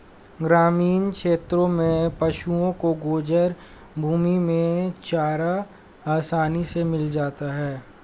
ग्रामीण क्षेत्रों में पशुओं को गोचर भूमि में चारा आसानी से मिल जाता है